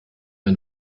ein